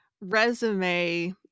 resume